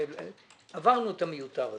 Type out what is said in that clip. עברנו את המיותר הזה.